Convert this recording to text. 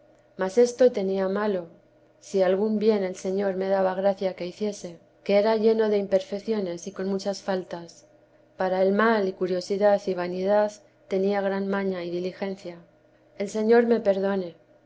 mas esto tenía malo si algún bien el señor me daba gracia que hiciese que era lleno de imperfecciones y con muchas faltas para el mal y curiosidad y vanidad tenía gran maña y diligencia el señor me perdone